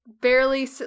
barely